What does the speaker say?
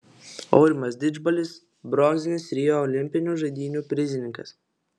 aurimas didžbalis bronzinis rio olimpinių žaidynių prizininkas